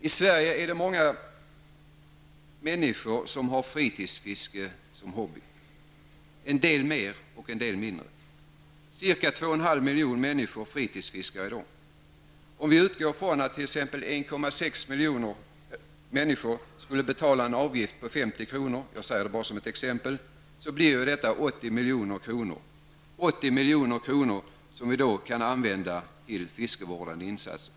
I Sverige har många människor fritidsfiske som hobby, somliga mer, andra mindre. I dag fritidsfiskar ca 2,5 miljoner människor i Sverige. Om vi utgår från att 1,6 miljoner människor i landet skulle betala en avgift på exempelvis 50 kr., så blir det 80 milj.kr. Det är pengar som vi kan använda till fiskevårdande insatser.